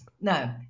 No